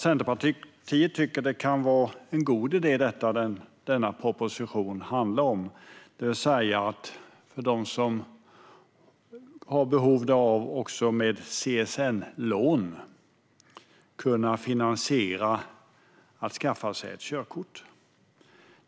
Centerpartiet tycker därför att det som denna proposition handlar om, det vill säga att de som har behov därav ska kunna finansiera sitt körkort med CSN-lån, kan vara en god idé.